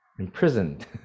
Imprisoned